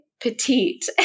Petite